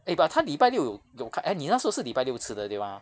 eh but 他礼拜六有有开 eh 你那时候是礼拜六吃的对 mah